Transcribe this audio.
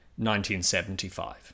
1975